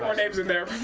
names in there.